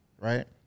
right